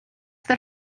that